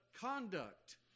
conduct